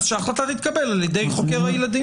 אז שההחלטה תתקבל על ידי חוקר הילדים.